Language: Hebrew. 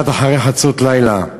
חצות לילה.